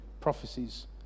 prophecies